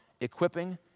equipping